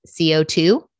CO2